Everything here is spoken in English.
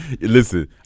Listen